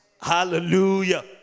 Hallelujah